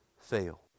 fail